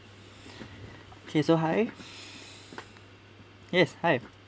okay so hi yes hi